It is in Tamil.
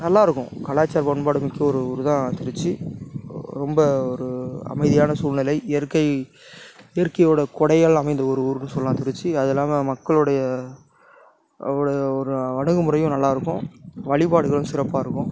நல்லாயிருக்கும் காலாச்சாரம் பண்பாடு மிக்க ஒரு ஊர் தான் திருச்சி ரொம்ப ஒரு அமைதியான சூழ்நிலை இயற்கை இயற்கையோட கொடையால் அமைந்த ஒரு ஊருன்னு சொல்லலாம் திருச்சி அது இல்லாமல் மக்களுடைய அவங்களுடைய ஒரு வணங்குமுறையும் நல்லாயிருக்கும் வழிபாடுகளும் சிறப்பாயிருக்கும்